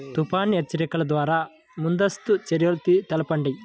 తుఫాను హెచ్చరికల ద్వార ముందస్తు చర్యలు తెలపండి?